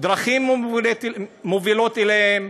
דרכים המובילות אליהם,